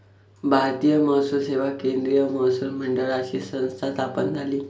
भारतीय महसूल सेवा केंद्रीय महसूल मंडळाची संस्था स्थापन झाली